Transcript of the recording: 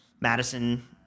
Madison